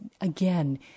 again